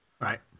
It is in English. Right